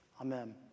Amen